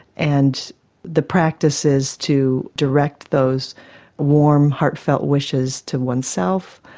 and the practice is to direct those warm heartfelt wishes to oneself,